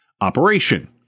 Operation